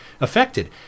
affected